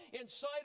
inside